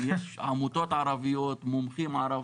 יש עמותות ערביות, מומחים ערבים.